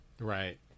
Right